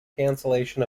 cancellation